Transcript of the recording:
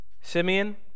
Simeon